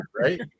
right